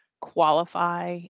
qualify